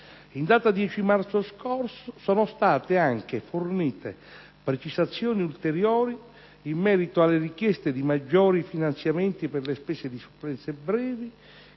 In data 10 marzo scorso sono state anche fornite precisazioni ulteriori in merito alle richieste di maggiori finanziamenti per le spese di supplenze brevi